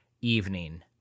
evening